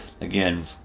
again